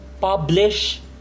publish